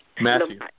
Matthew